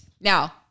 Now